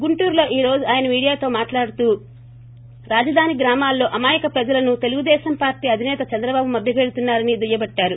గుంటూరులో ఈ రోజు ఆయన మీడియాతో మాట్లాడుతూ రాజధాని గ్రామాల్లో అమాయక ప్రజలను తెలుగుదేశం పార్లీ అధిసేత చంద్రబాబు మభ్యపెడుతున్నా రని మంత్రి దుయ్యబట్టారు